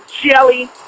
jelly